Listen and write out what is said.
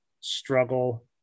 struggle